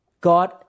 God